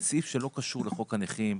הוא סעיף שלא קשור לחוק הנכים,